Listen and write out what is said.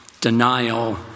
denial